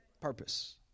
Purpose